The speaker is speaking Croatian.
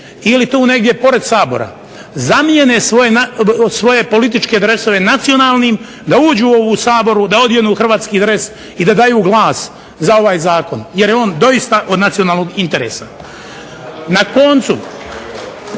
ili tu negdje pored Sabora, zamijene svoje političke dresove nacionalnim, da uđu u ovu u Saboru, da odjenu hrvatski dres i da daju glas za ovaj zakon, jer je on doista od nacionalnog interesa. Na koncu,